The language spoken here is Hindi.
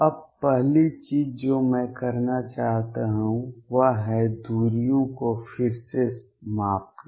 अब पहली चीज जो मैं करना चाहता हूं वह है दूरियों को फिर से मापना